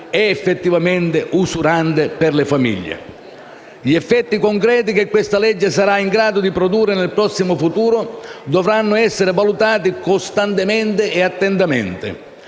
è effettivamente usurante per le famiglie. Gli effetti concreti che il provvedimento in esame sarà in grado di produrre nel prossimo futuro dovranno essere valutati costantemente ed attentamente